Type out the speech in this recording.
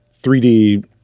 3D